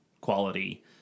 quality